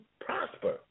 prosper